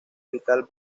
vital